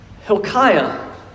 Hilkiah